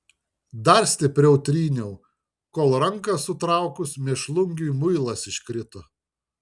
dar stipriau tryniau kol ranką sutraukus mėšlungiui muilas iškrito